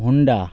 Honda